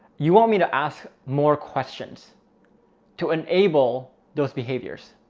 you want me to ask more questions to enable those behaviors?